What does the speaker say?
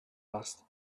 asked